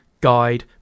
guide